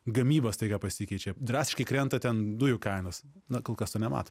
gamyba staiga pasikeičia drastiškai krenta ten dujų kainos na kol kas to nematom